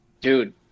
dude